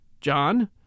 John